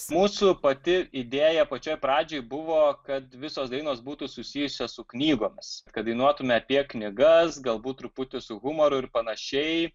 mūsų pati idėja pačioj pradžioj buvo kad visos dainos būtų susijusios su knygomis kad dainuotume apie knygas galbūt truputį su humoru ir panašiai